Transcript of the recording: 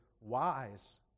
wise